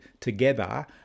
together